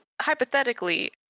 hypothetically